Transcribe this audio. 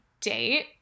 date